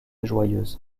joyeuse